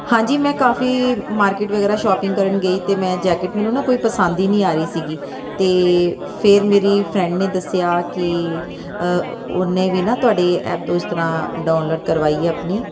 ਹਾਂਜੀ ਮੈਂ ਕਾਫੀ ਮਾਰਕੀਟ ਵਗੈਰਾ ਸ਼ੌਪਿੰਗ ਕਰਨ ਗਈ ਅਤੇ ਮੈਂ ਜੈਕਟ ਮੈਨੂੰ ਨਾ ਕੋਈ ਪਸੰਦ ਹੀ ਨਹੀਂ ਆ ਰਹੀ ਸੀਗੀ ਅਤੇ ਫਿਰ ਮੇਰੀ ਫਰੈਂਡ ਨੇ ਦੱਸਿਆ ਕਿ ਉਹਨੇ ਵੀ ਨਾ ਤੁਹਾਡੇ ਐਪ ਤੋਂ ਇਸ ਤਰ੍ਹਾਂ ਡਾਊਨਲੋਡ ਕਰਵਾਈ ਹੈ ਆਪਣੀ